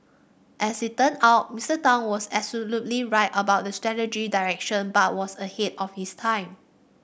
as it turned out Mister Tang was absolutely right about the strategic direction but was ahead of his time